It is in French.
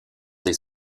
des